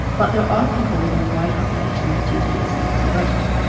but there are people within a wide population that do do those things already.